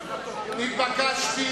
נתבקשתי